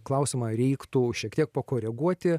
klausimą reiktų šiek tiek pakoreguoti